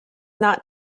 not